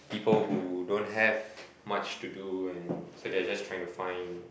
people who don't have much to do and so they're just trying to find